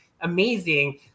amazing